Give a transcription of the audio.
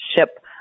ship